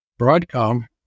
Broadcom